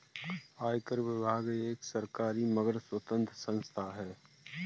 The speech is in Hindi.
आयकर विभाग एक सरकारी मगर स्वतंत्र संस्था है